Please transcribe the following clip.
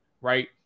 right